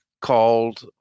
called